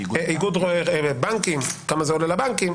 איגוד הבנקים וכמה זה עולה לבנקים.